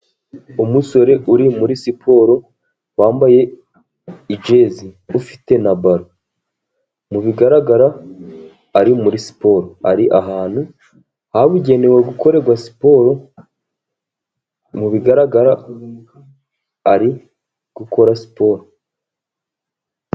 Umusore uri muri siporo wambaye ijezi ufite na balo, mu bigaragara ari muri siporo ari ahantu habugenewe gukorerwa siporo, mu bigaragara ari gukora siporo.